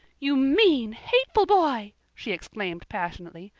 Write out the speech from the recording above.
you mean, hateful boy! she exclaimed passionately.